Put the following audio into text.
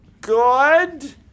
good